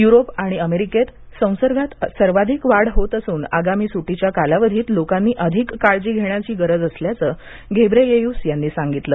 Europe आणि अमेरिकेत संसर्गात सर्वाधिक वाढ होत असून आगामी सुटीच्या कालावधीत लोकांनी अधिक काळजी घेण्याची गरज असल्याचं घेब्रेयेसूस यांनी सांगितलं